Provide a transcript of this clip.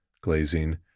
glazing